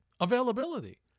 availability